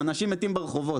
'אנשים מתים ברחובות'.